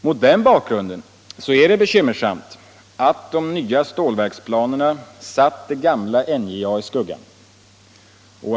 Mot den bakgrunden är det bekymmersamt att de nya stålverksplanerna satt gamla NJA i skuggan.